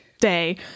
day